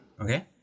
okay